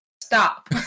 stop